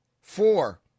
Four